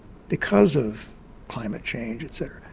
because of climate change et cetera,